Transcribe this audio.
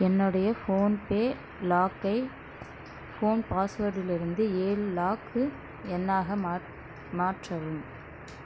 என்னுடைய ஃபோன்பே லாக்கை ஃபோன் பாஸ்வேடிலிருந்து ஏழு லாக்கு எண்ணாக மாற் மாற்றவும்